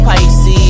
Pisces